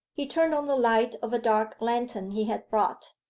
he turned on the light of a dark lantern he had brought,